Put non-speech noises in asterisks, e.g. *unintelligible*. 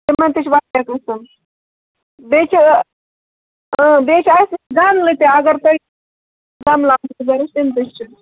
تِمن تہِ چھِ وارِیاہ قٕسٕم بیٚیہِ چھِ بیٚیہِ چھُ اَسہِ گملہٕ تہِ اگر تۄہہِ *unintelligible* ضوٚرَتھ تِم تہِ چھِ